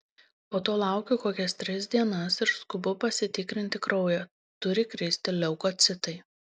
po to laukiu kokias tris dienas ir skubu pasitikrinti kraują turi kristi leukocitai